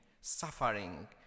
suffering